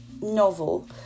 novel